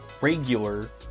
regular